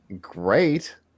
great